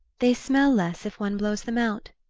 they smell less if one blows them out,